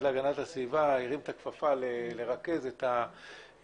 להגנת הסביבה הרים את הכפפה כדי לרכז את הפעילות.